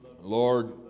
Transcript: Lord